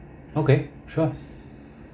okay sure